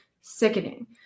sickening